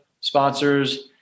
sponsors